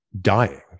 dying